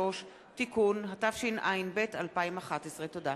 63) (תיקון), התשע"ב 2011. תודה.